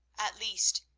at least,